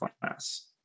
class